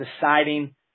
deciding